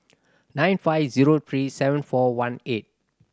nine five zero three seven four one eight